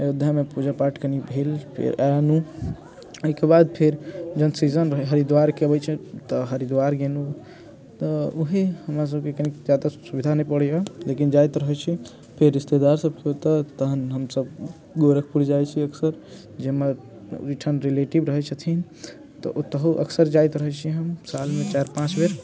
अयोध्या मे पूजा पाठ कनी भेल फेर एलौं अयके बाद फेर जहन सीजन रहय हरिद्वार के अबय छै तऽ हरिद्वार गेलौं तऽ ओही हमरा सबके ज्यादा सुविधा नै परैये लेकिन जैत रहय छी रिश्तेदार सब ओतऽ तखन हमसब जै मे ओयठाम रिलेटिव रहय छथिन तऽ ओतहो अक्सर जैत रहय छी हम साल मे चाइर पाँच बेर